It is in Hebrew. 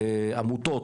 חברות ובין אם זה עמותות,